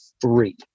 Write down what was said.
three